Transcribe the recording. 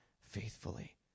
faithfully